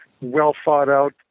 well-thought-out